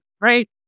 great